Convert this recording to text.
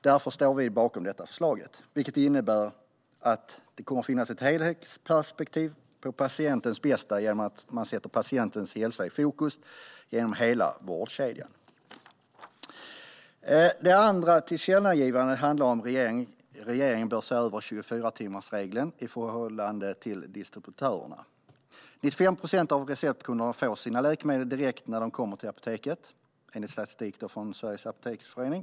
Därför står vi bakom detta förslag som innebär att det kommer att finnas ett helhetsperspektiv på patientens bästa genom att man sätter patientens hälsa i fokus genom hela vårdkedjan. Det andra tillkännagivandet handlar om att regeringen bör se över 24timmarsregeln i förhållande till distributörerna. 95 procent av receptkunderna får sina läkemedel direkt när de kommer till apoteket, enligt statistik från Sveriges Apoteksförening.